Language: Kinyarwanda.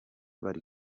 bari